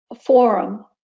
forum